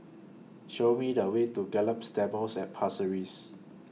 Show Me The Way to Gallop Stables At Pasir Ris